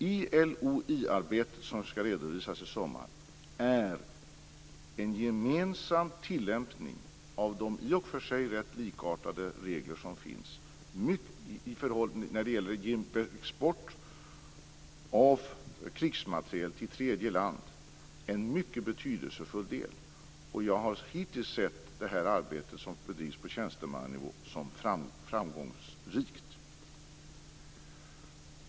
I LOI-arbetet, som skall redovisas i sommar, anser jag att en gemensam tillämpning av de i och för sig rätt likartade regler som finns när det gäller export av krigsmateriel till tredje land är en mycket betydelsefull del. Och jag har hittills sett det arbete som bedrivits på tjänstemannanivå som framgångsrikt.